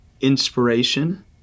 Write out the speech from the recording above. inspiration